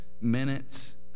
minutes